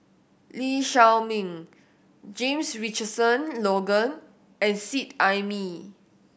Lee Shao Meng James Richardson Logan and Seet Ai Mee